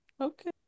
okay